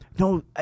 No